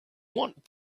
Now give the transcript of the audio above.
want